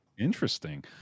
interesting